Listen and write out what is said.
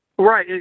right